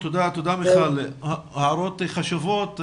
תודה, מיכל, הערות חשובות.